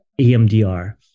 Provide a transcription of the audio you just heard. EMDR